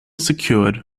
secured